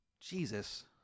Jesus